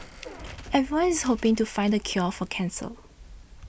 everyone's hoping to find the cure for cancer